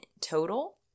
total